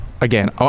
Again